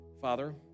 Father